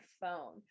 phone